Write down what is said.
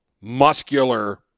muscular